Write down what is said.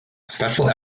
special